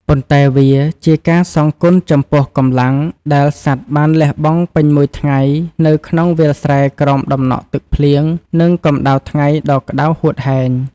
ប៉ុន្តែវាជាការសងគុណចំពោះកម្លាំង ដែលសត្វបានលះបង់ពេញមួយថ្ងៃនៅក្នុងវាលស្រែក្រោមតំណក់ទឹកភ្លៀង និងកម្តៅថ្ងៃដ៏ក្តៅហួតហែង។